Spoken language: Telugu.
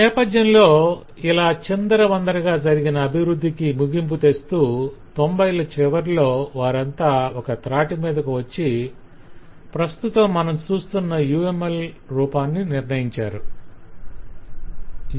ఈ నేపధ్యంలో ఇలా చిందరవందరగా జరిగిన అభివృద్ధికి ముగింపు తెస్తూ 90ల చివర్లో వారంతా ఒక త్రాటిమీదకు వచ్చి ప్రస్తుతము మనం చూస్తున్న UML రూపాన్ని నిర్ణయించారు